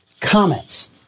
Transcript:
Comments